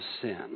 sin